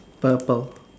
purple